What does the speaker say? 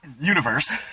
universe